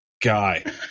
guy